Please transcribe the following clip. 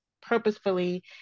purposefully